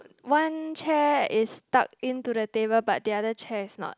one chair is stuck into the table but the other chair is not